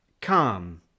Calm